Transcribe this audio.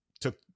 took